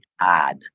odd